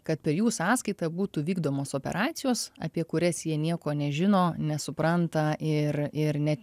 kad per jų sąskaitą būtų vykdomos operacijos apie kurias jie nieko nežino nesupranta ir ir net